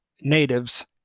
natives